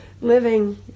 living